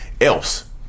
else